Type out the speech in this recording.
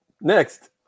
next